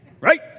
right